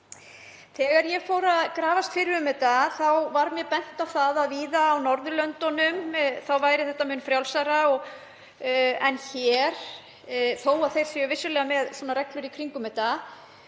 Þegar ég fór að grafast fyrir um þetta var mér bent á það að víða á Norðurlöndunum væri þetta mun frjálsara en hér þó að þar séu vissulega reglur í kringum þetta.